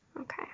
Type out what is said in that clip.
Okay